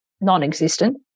non-existent